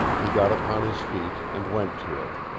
he got upon his feet and went to her,